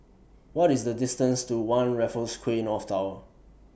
What IS The distance to one Raffles Quay North Tower